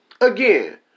Again